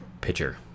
pitcher